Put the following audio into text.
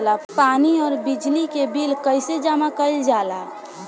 पानी और बिजली के बिल कइसे जमा कइल जाला?